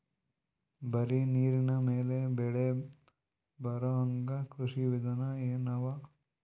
ಬರೀ ನೀರಿನ ಮೇಲೆ ಬೆಳಿ ಬರೊಹಂಗ ಕೃಷಿ ವಿಧಾನ ಎನವ?